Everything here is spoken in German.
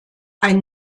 ein